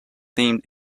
themed